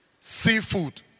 seafood